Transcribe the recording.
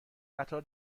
قطار